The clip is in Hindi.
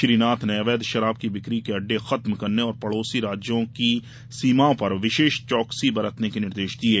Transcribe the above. श्री नाथ ने अवैध शराब की बिक्री के अड्डे खत्म करने और पड़ोसी राज्यों की सीमाओं पर विशेष चौकसी बरतने के निर्देश दिये